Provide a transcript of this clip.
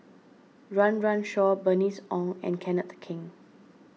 Run Run Shaw Bernice Ong and Kenneth Keng